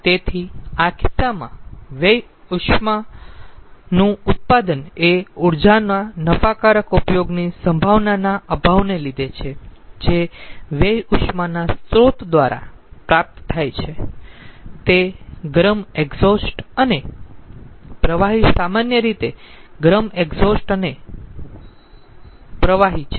તેથી આ કિસ્સામાં વ્યય ઉષ્માનું ઉત્પાદનએ ઊર્જાના નફાકારક ઉપયોગની સંભાવનાના અભાવને લીધે છે જે વ્યય ઉષ્માના સ્ત્રોત દ્વારા પ્રાપ્ત થાય છે તે ગરમ એક્ઝોસ્ટ અને પ્રવાહી સામાન્ય રીતે ગરમ એક્ઝોસ્ટ અને પ્રવાહી તે પ્રવાહી છે